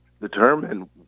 determine